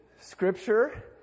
Scripture